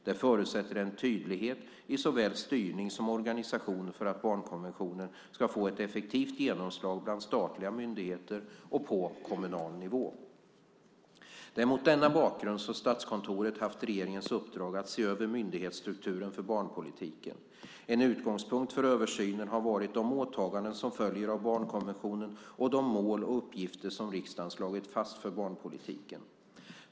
Det förutsätter en tydlighet i såväl styrning som organisation för att barnkonventionen ska få ett effektivt genomslag bland statliga myndigheter och på kommunal nivå. Det är mot denna bakgrund som Statskontoret har haft regeringens uppdrag att se över myndighetsstrukturen för barnpolitiken. En utgångspunkt för översynen har varit de åtaganden som följer av barnkonventionen och de mål och uppgifter som riksdagen slagit fast för barnpolitiken.